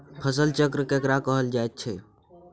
फसल चक्र केकरा कहल जायत छै?